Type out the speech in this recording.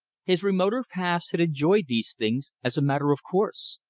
his remoter past had enjoyed these things as a matter of course.